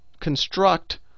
construct